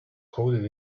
coded